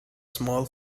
small